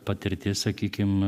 patirtis sakykim